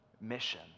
mission